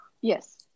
yes